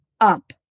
up